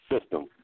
system